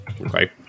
Okay